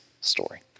story